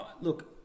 look